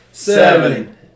Seven